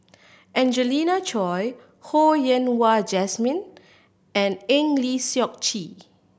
Angelina Choy Ho Yen Wah Jesmine and Eng Lee Seok Chee